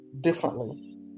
differently